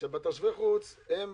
וכמו